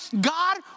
God